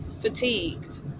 fatigued